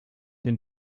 den